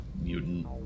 mutant